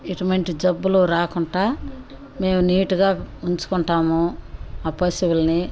ఎటువంటి జబ్బులు రాకుండా మేము నీటుగా ఉంచుకుంటాము ఆ పశువులని